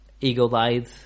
eagle-eyed